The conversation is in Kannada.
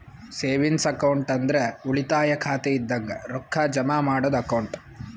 ಸೆವಿಂಗ್ಸ್ ಅಕೌಂಟ್ ಅಂದ್ರ ಉಳಿತಾಯ ಖಾತೆ ಇದಂಗ ರೊಕ್ಕಾ ಜಮಾ ಮಾಡದ್ದು ಅಕೌಂಟ್